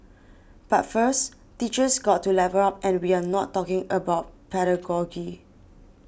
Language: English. but first teachers got to level up and we are not talking about pedagogy